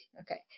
Okay